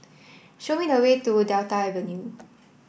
show me the way to Delta Avenue